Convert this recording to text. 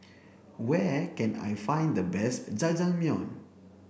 where can I find the best Jajangmyeon